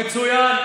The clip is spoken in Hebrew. מצוין.